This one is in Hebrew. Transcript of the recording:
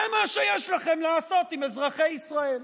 זה מה שיש לכם לעשות עם אזרחי ישראל.